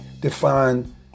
define